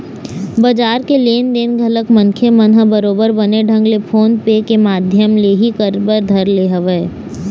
बजार के लेन देन घलोक मनखे मन ह बरोबर बने ढंग ले फोन पे के माधियम ले ही कर बर धर ले हवय